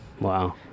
Wow